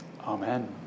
Amen